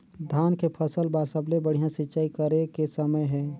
धान के फसल बार सबले बढ़िया सिंचाई करे के समय हे?